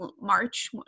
March